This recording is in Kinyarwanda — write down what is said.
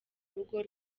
rugo